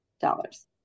Dollars